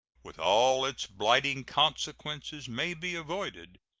with all its blighting consequences, may be avoided,